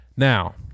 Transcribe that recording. Now